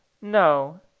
no.